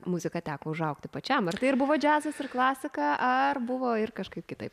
muzika teko užaugti pačiam ar tai ir buvo džiazas ir klasika ar buvo ir kažkaip kitaip